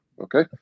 Okay